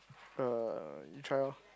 uh you try loh